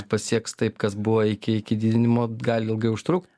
pasieks taip kas buvo iki iki didinimo gali ilgai užtrukt